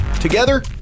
Together